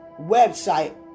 website